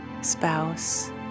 spouse